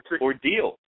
ordeal